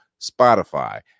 Spotify